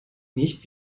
nicht